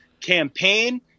Campaign